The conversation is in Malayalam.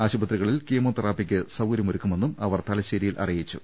ആശുപത്രികളിൽ കീമോ തെറാപ്പിക്ക് സൌകര്യമൊരുക്കുമെന്നും അവർ തല ശ്ശേരിയിൽ അറിയിച്ചു